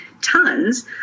tons